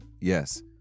Yes